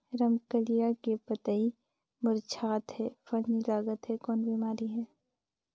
रमकलिया के पतई मुरझात हे फल नी लागत हे कौन बिमारी हे?